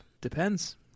Depends